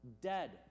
dead